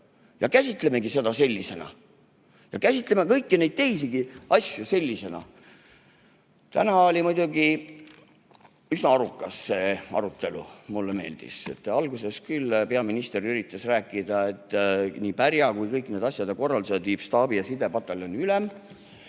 me käsitamegi seda sellisena. Ja käsitame kõiki neid teisigi asju sellisena. Täna oli muidugi üsna arukas arutelu, mulle meeldis. Alguses peaminister üritas rääkida, et nii pärja kui kõik need asjad ja korraldused otsustab staabi- ja sidepataljoni ülem,